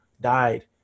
died